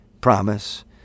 promise